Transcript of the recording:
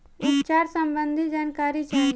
उपचार सबंधी जानकारी चाही?